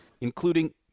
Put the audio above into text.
including